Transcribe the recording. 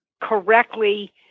correctly